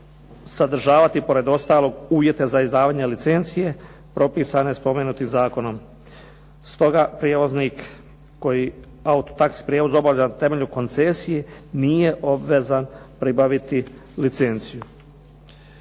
sadržavati pored ostalog uvjete za izdavanje licencije propisane spomenutim zakonom. Stoga prijevoznik koji auto taxi prijevoz obavlja na temelju koncesije nije obvezan pribaviti licenciju.